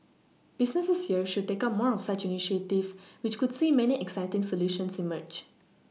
businesses here should take up more of such initiatives which could see many exciting solutions emerge